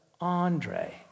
Andre